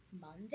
Monday